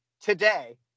today